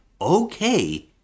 okay